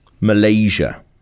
Malaysia